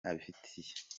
abifitiye